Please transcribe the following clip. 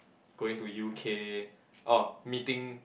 going to U_K orh meeting